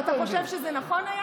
ואתה חושב שזה היה נכון?